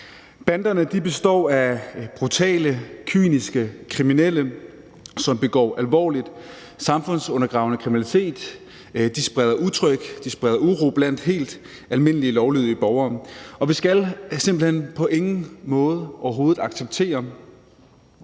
Banderne består af brutale, kyniske kriminelle, som begår alvorlig samfundsundergravende kriminalitet. De spreder utryghed. De spreder uro blandt helt almindelige lovlydige borgere. Vi skal simpelt hen på ingen måde overhovedet acceptere